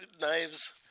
knives